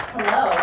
Hello